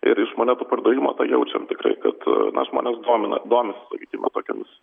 ir iš monetų pardavimotai tą jaučiam tikrai kad na žmones domina domisi sakykim va tokiomis